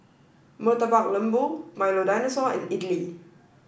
Murtabak Lembu Milo Dinosaur and Idly